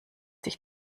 sich